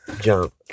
Jump